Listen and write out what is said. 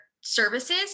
Services